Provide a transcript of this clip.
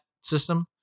system